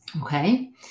Okay